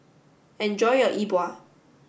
enjoy your E Bua